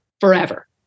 forever